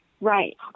Right